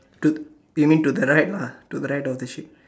to you mean to the right lah to the right of the ship